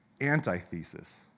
antithesis